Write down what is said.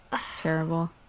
Terrible